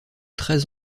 treize